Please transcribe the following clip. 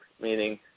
meaning